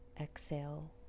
exhale